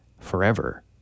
forever